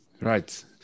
Right